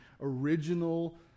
original